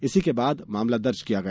इसी के बाद मामला दर्ज किया गया